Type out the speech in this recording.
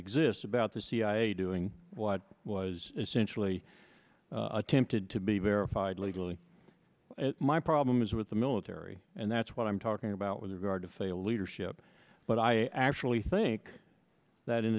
exists about the cia doing what was essentially attempted to be verified legally my problem is with the military and that's what i'm talking about with regard to failed leadership but i actually think that in